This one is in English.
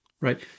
Right